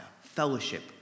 fellowship